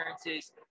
appearances